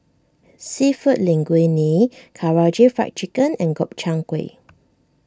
Seafood Linguine Karaage Fried Chicken and Gobchang Gui